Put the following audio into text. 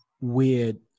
weird